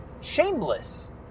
shameless